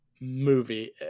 movie